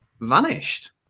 vanished